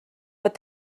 but